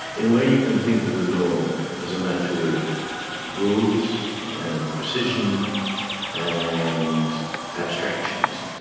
in a way you can think of the law as a matter of rules and precision and abstractions,